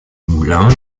moulin